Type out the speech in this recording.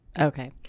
Okay